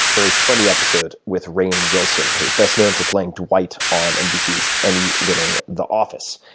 very funny episode with rainn wilson, who is best known for playing dwight on nbc's emmy winning the office.